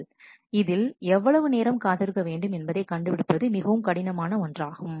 மற்றும் இதில் எவ்வளவு நேரம் காத்திருக்க வேண்டும் என்பதை கண்டுபிடிப்பது மிகவும் கடினமான ஒன்றாகும்